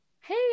Hey